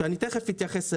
ותיכף אתייחס לזה.